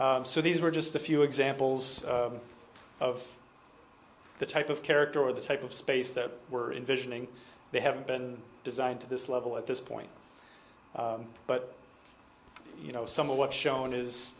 these were just a few examples of the type of character or the type of space that we're in visioning they haven't been designed to this level at this point but you know some of what shown is